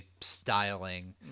styling